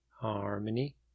Harmony